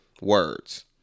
words